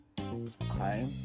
okay